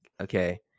Okay